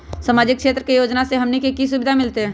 सामाजिक क्षेत्र के योजना से हमनी के की सुविधा मिलतै?